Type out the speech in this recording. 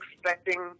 expecting